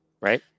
Right